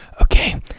Okay